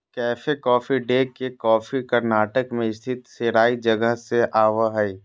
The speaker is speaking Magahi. कैफे कॉफी डे के कॉफी कर्नाटक मे स्थित सेराई जगह से आवो हय